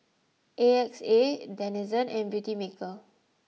A X A Denizen and Beautymaker